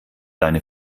deine